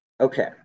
Okay